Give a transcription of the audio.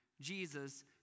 Jesus